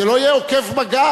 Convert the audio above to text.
זה לא יהיה עוקף בג"ץ.